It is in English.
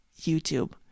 YouTube